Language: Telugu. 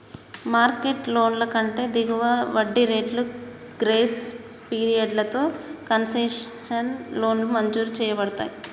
మార్కెట్ లోన్ల కంటే దిగువ వడ్డీ రేట్లు, గ్రేస్ పీరియడ్లతో కన్సెషనల్ లోన్లు మంజూరు చేయబడతయ్